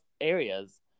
areas